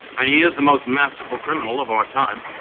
and he is the most masterful criminal of our time?